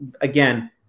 again